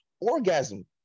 orgasm